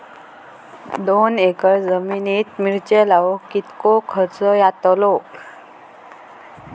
दोन एकर जमिनीत मिरचे लाऊक कितको खर्च यातलो?